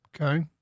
Okay